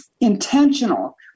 intentional